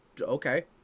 Okay